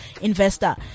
investor